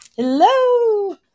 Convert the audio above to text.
Hello